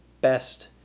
best